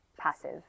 passive